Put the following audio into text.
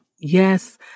Yes